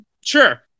Sure